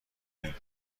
ایم